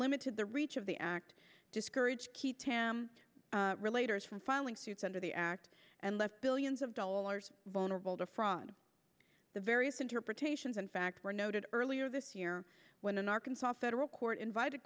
limited the reach of the act discouraged keep tam relator as from filing suits under the act and left billions of dollars vulnerable to fraud the various interpretations in fact were noted earlier this year when an arkansas federal court invited